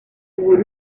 ubu